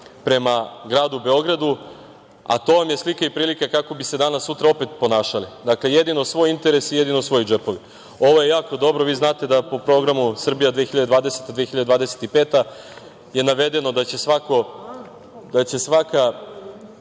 prema Gradu Beogradu, a to vam je slika i prilika kako bi se danas, sutra, opet ponašali. Dakle, jedino svoj interes, jedino svoji džepovi. Ovo je jako dobro, vi znate da po programu „Srbija 2020/25“ je navedeno da će svaka